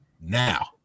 Now